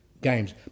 games